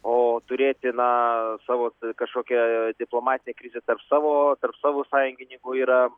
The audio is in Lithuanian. o turėti na savo kažkokią diplomatinę krizę tarp savo tarp savo sąjungininkų yra